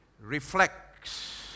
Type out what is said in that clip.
reflects